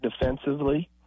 defensively